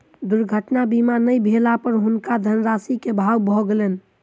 दुर्घटना बीमा नै भेला पर हुनका धनराशि के अभाव भ गेलैन